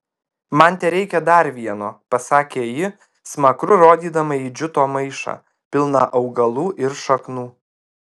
man tereikia dar vieno pasakė ji smakru rodydama į džiuto maišą pilną augalų ir šaknų